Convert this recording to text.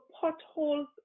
potholes